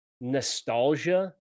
nostalgia